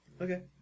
Okay